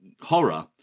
horror